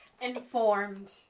Informed